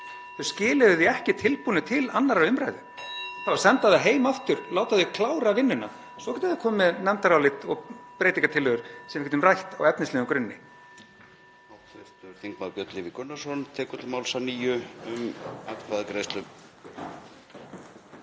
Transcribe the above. Þau skiluðu því ekki tilbúnu til 2. umr. (Forseti hringir.) Það á að senda það heim aftur, láta þau klára vinnuna. Svo geta þau komið með nefndarálit og breytingartillögur sem við getum rætt á efnislegum grunni.